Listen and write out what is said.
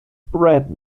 bread